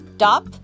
Stop